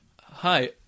Hi